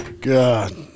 God